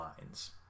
lines